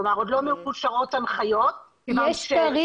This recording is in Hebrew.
כלומר עוד לא מאושרות הנחיות --- יש תאריך,